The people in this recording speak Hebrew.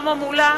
שלמה מולה,